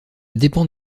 dépend